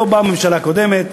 לא בא בממשלה הקודמת,